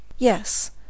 Yes